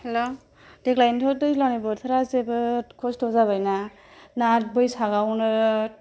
hello देग्लायनोथ' दैज्लांनि बोथोरा जोबोर खस्थ' जाबाय ना बैसागावनो